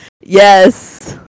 yes